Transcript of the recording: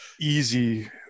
easy